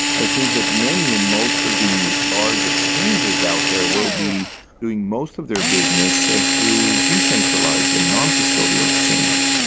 i think that many and most of the large exchanges out there will be doing most of their business through decentralized and noncustodial exchanges,